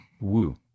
woo